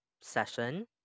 session